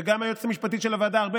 וגם היועצת המשפטית של הוועדה ארבל,